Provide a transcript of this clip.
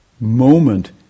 moment